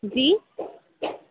جی